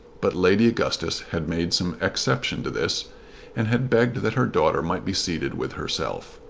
but lady augustus had made some exception to this and had begged that her daughter might be seated with herself.